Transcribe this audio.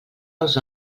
els